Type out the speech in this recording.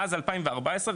מאז 2014,